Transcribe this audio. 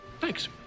Thanks